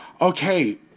okay